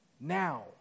now